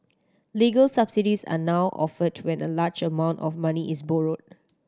legal subsidies are now offered when a large amount of money is borrowed